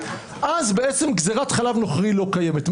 אז גזרת חלב נוכרי לא קיימת.